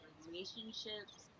relationships